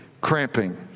cramping